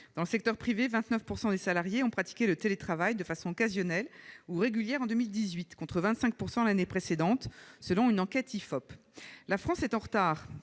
dans le secteur privé, 29 % des salariés ont pratiqué le télétravail de façon occasionnelle ou régulière en 2018, contre 25 % l'année précédente, selon une enquête de l'IFOP. La France est en retard,